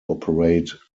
operate